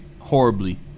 Horribly